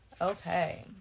Okay